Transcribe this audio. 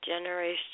generation